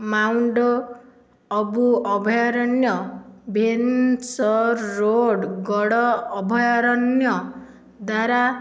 mound Abu ଅଭୟାରଣ୍ୟ Bhensrodgarh ଅଭୟାରଣ୍ୟ ଦ୍ୱାରା